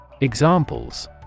Examples